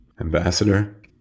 Ambassador